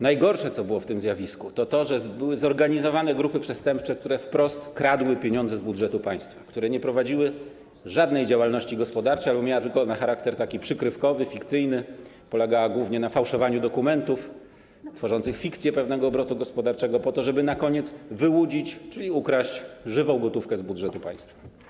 Najgorsze, co było w tym zjawisku, to to, że były zorganizowane grupy przestępcze, które wprost kradły pieniądze z budżetu państwa, które nie prowadziły żadnej działalności gospodarczej albo miała ona charakter tylko taki przykrywkowy, fikcyjny, polegała głównie na fałszowaniu dokumentów tworzących fikcję pewnego obrotu gospodarczego, po to żeby na koniec wyłudzić, czyli ukraść żywą gotówkę z budżetu państwa.